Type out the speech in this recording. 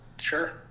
Sure